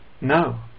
no